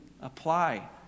apply